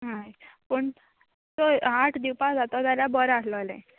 हय पूण चोय आठ दिवपा जाता जाल्यार बोरें आसलोलें